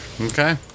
Okay